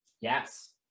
Yes